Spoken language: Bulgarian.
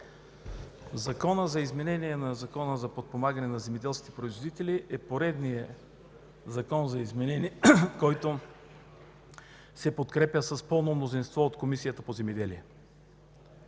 Законът за изменение на Закона за подпомагане на земеделските производители е поредният закон за изменение, който се подкрепя с пълно мнозинство от Комисията по земеделието,